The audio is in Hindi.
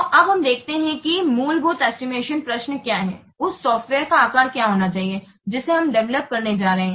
तो अब हम देखते हैं कि मूलभूत एस्टिमेशन प्रश्न क्या हैं उस सॉफ्टवेयर का आकार क्या होना चाहिए जिसे हम डेवेलोप करने जा रहे हैं